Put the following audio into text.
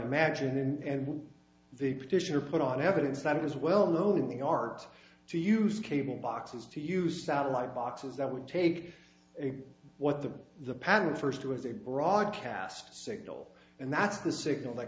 imagine and the petitioner put on evidence that it is well known in the art to use cable boxes to use satellite boxes that would take a what the the panel first to is a broadcast signal and that's the signal that